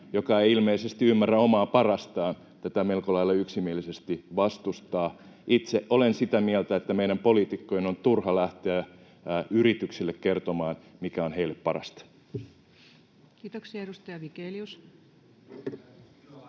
joka ei ilmeisesti ymmärrä omaa parastaan, tätä melko lailla yksimielisesti vastustaa. Itse olen sitä mieltä, että meidän poliitikkojen on turha lähteä yrityksille kertomaan, mikä on heille parasta. [Speech 52] Speaker: